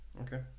Okay